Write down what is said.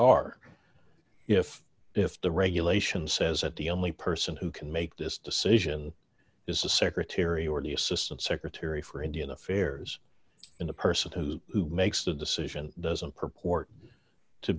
are if if the regulation says at the only person who can make this decision is a secretary or the assistant secretary for indian affairs and a person who makes the decision doesn't purport to